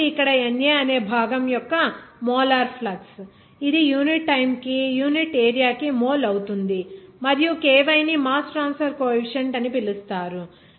కాబట్టి ఇక్కడ NA అనే భాగం యొక్క మోలార్ ఫ్లక్స్ ఇది యూనిట్ టైమ్ కి యూనిట్ ఏరియా కి మోల్ అవుతుంది మరియు ky ని మాస్ ట్రాన్స్ఫర్ కోఎఫీసియంట్ అని పిలుస్తారు